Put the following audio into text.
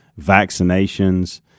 vaccinations